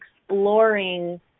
exploring